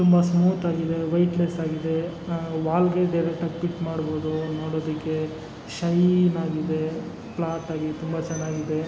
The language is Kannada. ತುಂಬ ಸ್ಮೂತಾಗಿದೆ ವಯ್ಟ್ಲೆಸ್ಸಾಗಿದೆ ವಾಲ್ಗೆ ಡೈರೆಕ್ಟಾಗಿ ಪಿಟ್ ಮಾಡ್ಬೋದು ನೋಡೋದಕ್ಕೆ ಶೈನಾಗಿದೆ ಪ್ಲ್ಯಾಟಾಗಿ ತುಂಬ ಚೆನ್ನಾಗಿದೆ